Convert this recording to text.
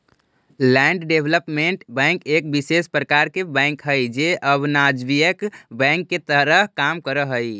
land development bank एक विशेष प्रकार के बैंक हइ जे अवाणिज्यिक बैंक के तरह काम करऽ हइ